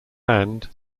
hand